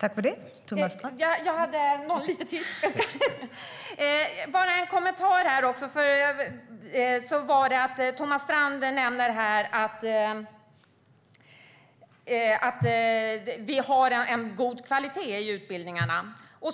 Jag har ytterligare en kommentar. Thomas Strand nämner frågan om god kvalitet i utbildningarna. 14